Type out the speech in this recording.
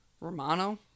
Romano